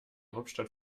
hauptstadt